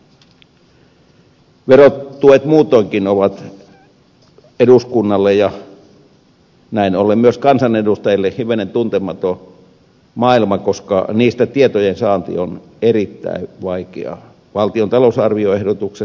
verotuet muutoinkin ovat eduskunnalle ja näin ollen myös kansanedustajille hivenen tuntematon maailma koska niistä tietojen saanti on erittäin vaikeaa